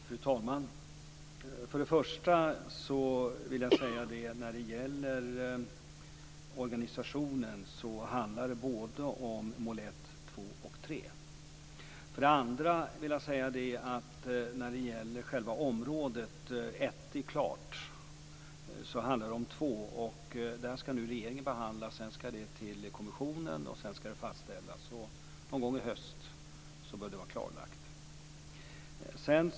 Fru talman! För det första vill jag när det gäller organisationen säga att det handlar om målen 1, 2 och 3. För det andra vill jag när det gäller område 1 säga att det är klart. Nu handlar det om mål 2. Detta skall regeringen behandla. Sedan skall det till kommissionen för att därefter fastställas. Någon gång i höst bör detta vara klarlagt.